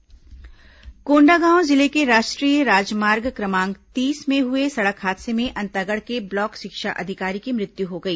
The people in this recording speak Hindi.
दुर्घटना कोंडागांव जिले के राष्ट्रीय राजमार्ग क्रमांक तीस में आज सुबह हुए सड़क हादसे में अंतागढ़ के ब्लॉक शिक्षा अधिकारी की मृत्यु हो गई